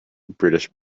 british